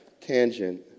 tangent